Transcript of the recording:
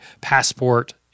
passport